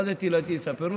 מה זה "תהלתי יספרו"?